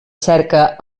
cerca